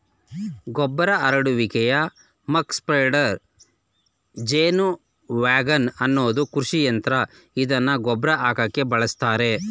ಗೊಬ್ಬರ ಹರಡುವಿಕೆಯ muck spreader ಜೇನುವ್ಯಾಗನ್ ಅನ್ನೋದು ಕೃಷಿಯಂತ್ರ ಇದ್ನ ಗೊಬ್ರ ಹಾಕಕೆ ಬಳುಸ್ತರೆ